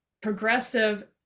progressive